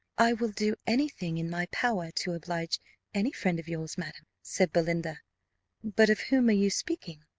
i will do any thing in my power to oblige any friend of yours, madam, said belinda but of whom are you speaking?